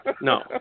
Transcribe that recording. no